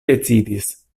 decidis